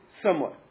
somewhat